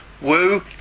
Woo